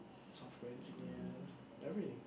software engineers everything